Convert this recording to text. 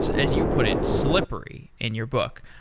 as you put it, slippery in your book,